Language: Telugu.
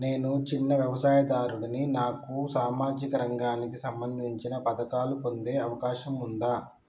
నేను చిన్న వ్యవసాయదారుడిని నాకు సామాజిక రంగానికి సంబంధించిన పథకాలు పొందే అవకాశం ఉందా?